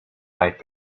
might